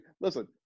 Listen